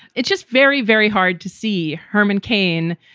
it just very, very hard to see herman cain,